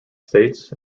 states